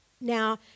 Now